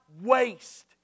waste